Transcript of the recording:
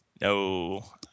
No